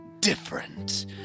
different